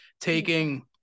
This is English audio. taking